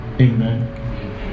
Amen